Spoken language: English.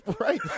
Right